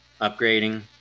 upgrading